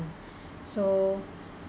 so